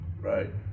right